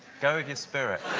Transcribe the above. go with your spirit.